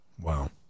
Wow